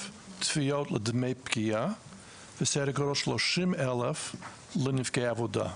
תביעות לדמי פגיעה וסדר גודל של 30,000 לנפגעי עבודה.